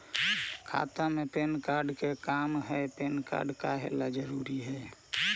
खाता में PAN card के का काम है पैन कार्ड काहे ला जरूरी है?